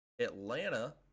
Atlanta